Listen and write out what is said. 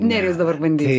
nerijus dabar bandys